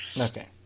Okay